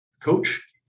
coach